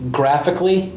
graphically